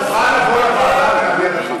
תוכל לבוא לוועדה להביע את דעתך.